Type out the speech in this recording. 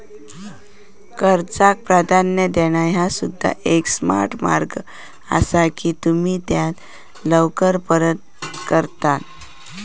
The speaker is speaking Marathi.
कर्जाक प्राधान्य देणा ह्या सुद्धा एक स्मार्ट मार्ग असा की तुम्ही त्या लवकर परत करता